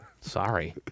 Sorry